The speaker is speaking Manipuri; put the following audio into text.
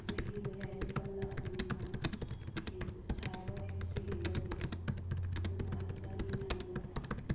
ꯃꯍꯤ ꯃꯌꯥꯏꯁꯤ ꯀꯜꯂꯛꯑꯕꯅꯤꯅ ꯁꯥꯕꯁꯨ ꯍꯦꯟꯒꯠꯂꯤ ꯑꯗꯨꯅ ꯍꯛꯆꯥꯡ ꯏꯪꯊꯅꯕ